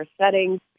settings